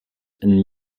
and